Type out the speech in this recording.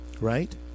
right